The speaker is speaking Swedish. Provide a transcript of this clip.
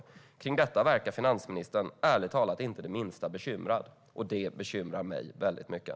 Men över detta verkar finansministern inte det minsta bekymrad. Det bekymrar mig mycket.